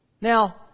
Now